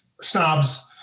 snobs